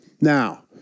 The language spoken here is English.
Now